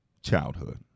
childhood